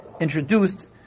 introduced